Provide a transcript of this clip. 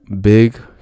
big